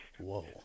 whoa